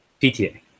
PTA